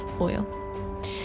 oil